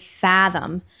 fathom